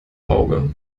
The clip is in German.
auge